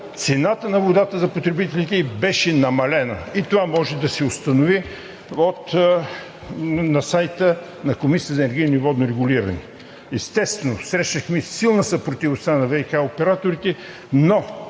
цената на водата за потребителите беше намалена. Това може да се установи от сайта на Комисията за енергийно и водно регулиране. Естествено, срещнахме силна съпротива от страна на ВиК операторите, но